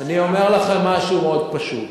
אני אומר לכם משהו מאוד פשוט.